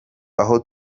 aho